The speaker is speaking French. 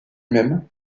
même